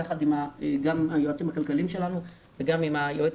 יחד עם היועצים הכלכליים שלנו וגם עם היועץ